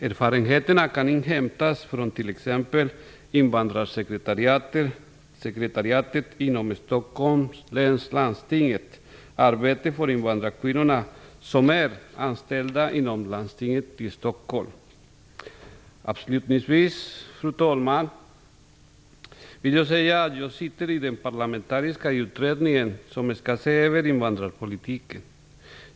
Erfarenheter kan hämtas från t.ex. Invandrarsekretariatet inom Stockholms läns landsting och dess arbete för invandrarkvinnor som är anställda inom landstinget i Stockholm. Fru talman! Jag sitter i den parlamentariska utredning som skall se över invandrarpolitiken.